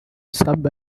sub